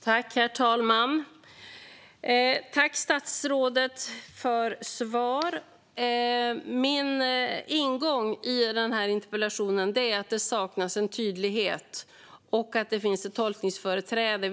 Herr talman! Tack, statsrådet, för svar! Min ingång i interpellationen är att det saknas tydlighet och att det finns ett tolkningsföreträde.